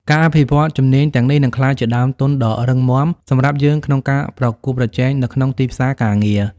ការអភិវឌ្ឍជំនាញទាំងនេះ នឹងក្លាយជាដើមទុនដ៏រឹងមាំសម្រាប់យើងក្នុងការប្រកួតប្រជែងនៅក្នុងទីផ្សារការងារ។